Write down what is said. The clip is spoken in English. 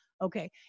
Okay